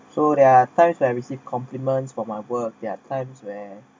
so there are time that I received compliments for my work there are times where